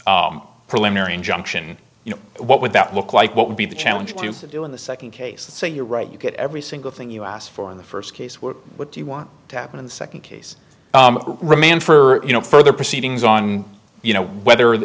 first preliminary injunction you know what would that look like what would be the challenge to do in the second case and say you're right you get every single thing you asked for in the first case were what do you want to happen in the second case remand for you no further proceedings on you know whether